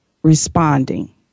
Responding